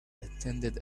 attended